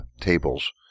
tables